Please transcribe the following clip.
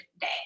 day